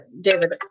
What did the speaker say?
david